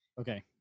Okay